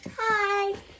Hi